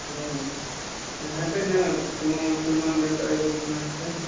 हुँ हेतय नहि कोनो चुनल नेता एगो कोनो हेतय